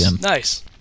nice